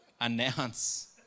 announce